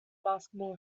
basketball